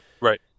Right